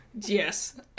Yes